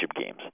Games